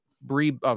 brie